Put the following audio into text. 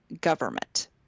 government